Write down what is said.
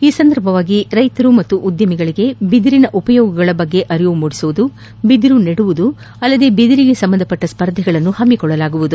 ಈ ಸಂದರ್ಭವಾಗಿ ರೈತರು ಮತ್ತು ಉದ್ಯಮಗಳಿಗೆ ಬಿದಿರಿನ ಉಪಯೋಗಗಳ ಬಗ್ಗೆ ಅರಿವು ಮೂಡಿಸುವುದು ಬಿದಿರು ನೆಡುವುದು ಅಲ್ಲದೇ ಬಿದಿರಿಗೆ ಸಂಬಂಧಿಸಿದ ಸ್ಫರ್ಧೆಗಳನ್ನು ಪಮ್ಮಿಕೊಳ್ಳಲಾಗುವುದು